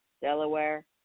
Delaware